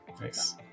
Nice